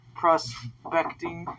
prospecting